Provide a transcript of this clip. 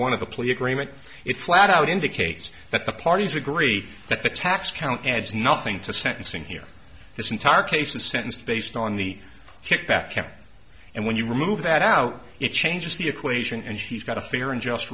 one of the plea agreement it flat out indicates that the parties agree that the tax count adds nothing to sentencing here this entire case the sentence based on the kickback camp and when you remove that out it changes the equation and he's got a fair and just